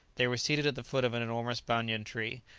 they were seated at the foot of an enormous banyan-tree,